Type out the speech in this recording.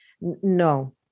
No